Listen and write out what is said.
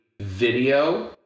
video